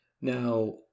Now